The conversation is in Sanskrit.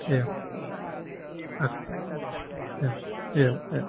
एवम् अस्तु एवम् एवम् एवम्